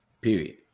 Period